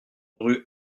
rue